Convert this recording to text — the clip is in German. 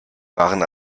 waren